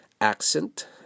accent